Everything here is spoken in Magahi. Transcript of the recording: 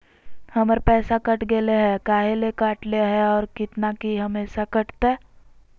हमर पैसा कट गेलै हैं, काहे ले काटले है और कितना, की ई हमेसा कटतय?